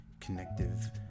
connective